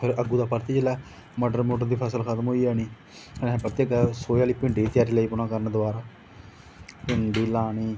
अग्गुआं परतियै जेल्लै मटर दी फसल खत्म होई जानी असें फिर सोहै आह्ली भिंडी दी त्यारी करी लग्गी पौना करना दोबारा भिंडी लानी